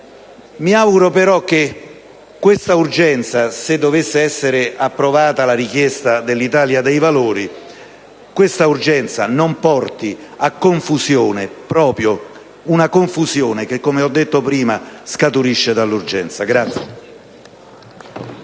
Mi auguro però che questa urgenza, se dovesse essere approvata la richiesta dell'Italia dei Valori, non porti a confusione; una confusione che - come ho detto prima - scaturisce dall'urgenza.